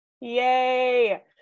Yay